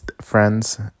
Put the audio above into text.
friends